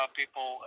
people